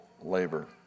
labor